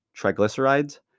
triglycerides